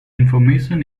information